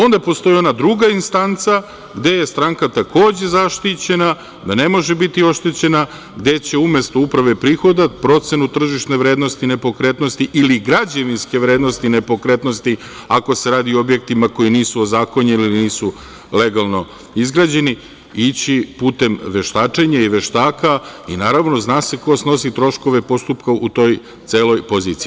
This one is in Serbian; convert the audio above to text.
Onda, postoji ona druga instanca gde je stranka takođe zaštićena da ne može biti oštećena, gde će umesto Uprave prihoda, procenu tržišne vrednosti nepokretnosti ili građevinske vrednosti nepokretnosti, ako se radi o objektima koji nisu ozakonjeni ili nisu legalno izgrađeni ići putem veštačenja i veštaka i naravno, zna se ko snosi troškove postupka u toj celoj poziciji.